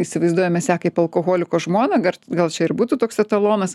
įsivaizduojam mes ją kaip alkoholiko žmoną gar gal čia ir būtų toks etalonas